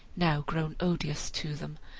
now grown odious to them,